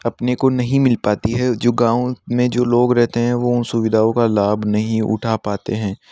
अपने को नहीं मिल पाती है जो गाँव में जो लोग रहते हैं वो उन सुविधाओं का लाभ नहीं उठा पाते हैं